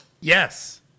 Yes